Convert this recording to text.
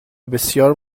بسیار